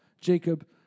Jacob